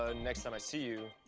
ah next time i see you,